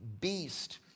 beast